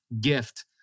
gift